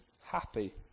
happy